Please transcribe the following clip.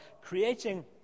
creating